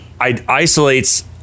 isolates